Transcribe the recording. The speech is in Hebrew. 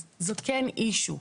אז זה כן אישיו.